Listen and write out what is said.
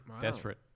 desperate